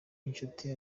inshuti